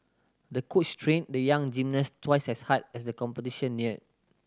the coach trained the young gymnast twice as hard as the competition neared